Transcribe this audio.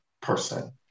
person